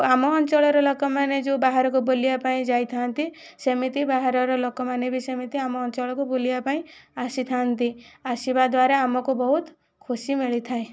ଆଉ ଆମ ଅଞ୍ଚଳର ଲୋକମାନେ ଯେଉଁ ବାହାରକୁ ବୁଲିବାକୁ ଯାଇଥାନ୍ତି ସେମିତି ବାହାରର ଲୋକମାନେ ଭି ସେମିତି ଆମ ଅଞ୍ଚଳକୁ ବୁଲିବା ପାଇଁ ଆସିଥାନ୍ତି ଆସିବା ଦ୍ୱାରା ଆମକୁ ବହୁତ ଖୁସି ମିଳିଥାଏ